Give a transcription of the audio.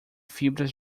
fibras